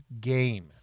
game